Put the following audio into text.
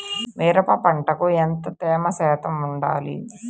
మిరప పంటకు ఎంత తేమ శాతం వుండాలి?